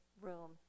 room